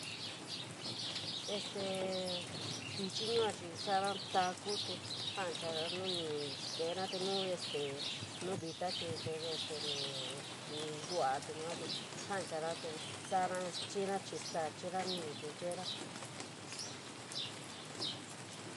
Este tchiri yuu chií sañara ñi tatu te, janchara no ñi ñtora te nu este no villa chiita este ñí, ñtindua te yua te janchara te sañara chiíra chií staa, chiíra ñií te yeera.